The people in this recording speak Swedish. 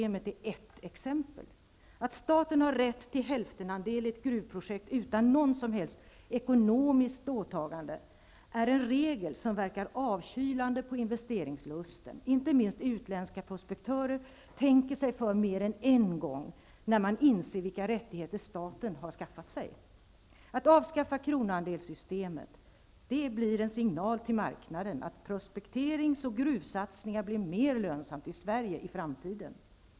Att staten har rätt till hälftenandel i ett gruvprojekt, utan något som helst ekonomiskt åtagande, är en regel som verkar avkylande på investeringslusten. Inte minst utländska prospektörer tänker sig för mer än en gång när man inser vilka rättigheter staten har skaffat sig. Att avskaffa kronoandelssystemet blir en signal till marknaden att prospekterings och gruvsatsningar blir mer lönsamt i Sverige i framtiden.